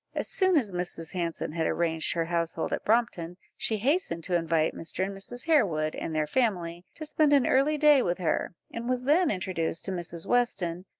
as soon as mrs. hanson had arranged her household at brompton, she hastened to invite mr. and mrs. harewood and their family to spend an early day with her, and was then introduced to mrs. weston,